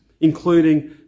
including